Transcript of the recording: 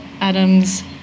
Adams